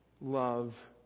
love